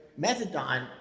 methadone